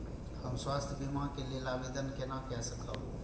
हम स्वास्थ्य बीमा के लेल आवेदन केना कै सकब?